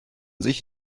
sich